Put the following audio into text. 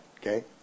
Okay